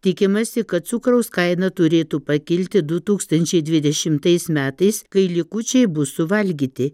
tikimasi kad cukraus kaina turėtų pakilti du tūkstančiai dvidešimtais metais kai likučiai bus suvalgyti